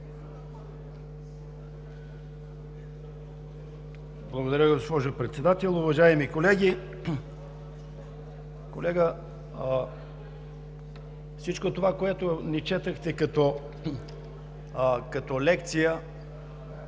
Благодаря, госпожо Председател.